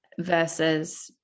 versus